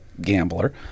gambler